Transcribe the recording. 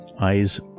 eyes